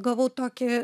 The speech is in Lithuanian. gavau tokį